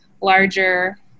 larger